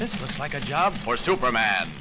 this is like a job for superman